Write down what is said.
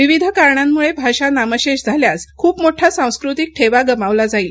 विविध कारणांमुळे नामशेष झाल्यास खुप मोठा सांस्कृतिक ठेवा गमावला जाईल